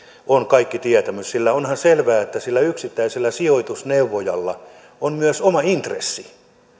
on kaikki tietämys onhan selvää että sillä yksittäisellä sijoitusneuvojalla on myös oma intressi